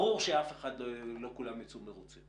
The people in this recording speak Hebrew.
ברור שלא כולם יצאו מרוצים.